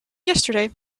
yesterday